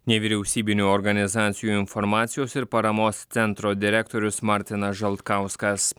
nevyriausybinių organizacijų informacijos ir paramos centro direktorius martinas žalkauskas